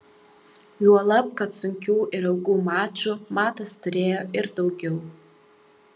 juolab kad sunkių ir ilgų mačų matas turėjo ir daugiau